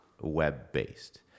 web-based